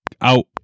out